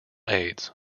aids